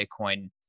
Bitcoin